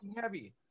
heavy